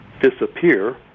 disappear